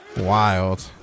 Wild